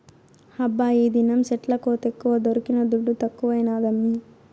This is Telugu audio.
హబ్బా ఈదినం సెట్ల కోతెక్కువ దొరికిన దుడ్డు తక్కువైనాదమ్మీ